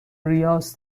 ریاض